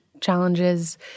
challenges